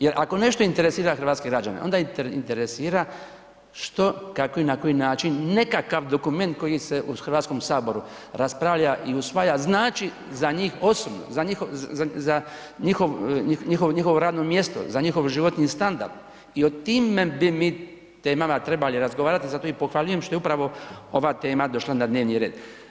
Jer ako nešto interesira hrvatske građane, onda interesira što, kako i na koji način, nekakav dokument koji se u Hrvatskom saboru raspravlja i usvaja znači za njih osobno, za njihovo radno mjesto, za njihov životni standard i o time bi mi temama trebali razgovarati, zato i pohvaljujem što je upravo ova tema došla na dnevni red.